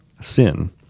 sin